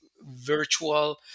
virtual